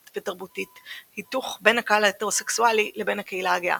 ותרבותית היתוך בין הקהל ההטרוסקסואלי לבין הקהילה הגאה.